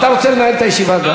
אתה רוצה לנהל את הישיבה?